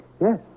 Yes